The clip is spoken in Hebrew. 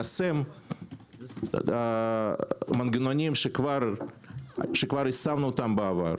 ליישם מנגנונים שכבר יישמנו אותם בעבר.